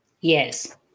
yes